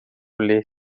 ler